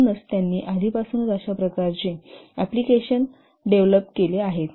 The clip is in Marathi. म्हणूनच त्यांनी आधीपासूनच अशा प्रकारचे एप्लिकेशन डेव्हलप केले आहेत